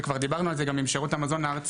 וגם דיברנו על זה גם עם שירות המזון הארצי.